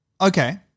Okay